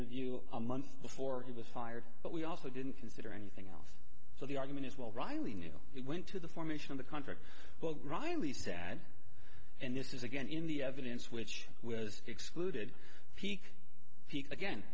review a month before he was fired but we also didn't consider anything else so the argument is well riley knew he went to the formation of the contract riley said and this is again in the evidence which was excluded peak peak again